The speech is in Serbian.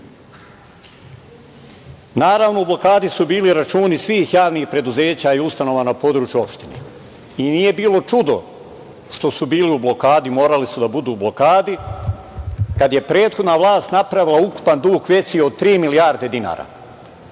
Naravno, u blokadi su bili računi svih javnih preduzeća i ustanova na području opštine i nije bilo čudo što su bili u blokadi, morali su da budu u blokadi kada je prethodna vlast napravila ukupan dug veći od tri milijarde dinara.